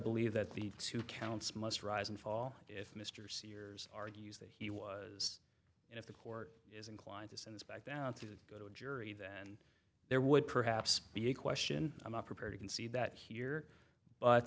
believe that the two counts must rise and fall if mr sears argues that he was and if the court is inclined to send it back down to go to a jury then there would perhaps be a question i'm not prepared to concede that here but